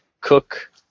cook